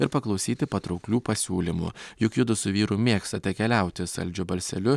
ir paklausyti patrauklių pasiūlymų juk judu su vyru mėgstate keliauti saldžiu balseliu